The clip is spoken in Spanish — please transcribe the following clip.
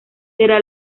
será